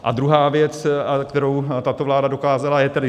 A druhá věc, kterou tato vláda dokázala, je tedy...